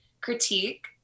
critique